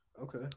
Okay